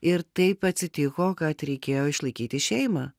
ir taip atsitiko kad reikėjo išlaikyti šeimą